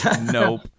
Nope